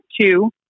two